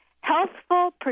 healthful